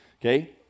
okay